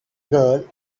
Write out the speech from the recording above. girl